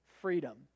freedom